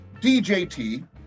DJT